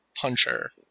puncher